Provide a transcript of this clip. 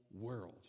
world